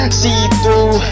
see-through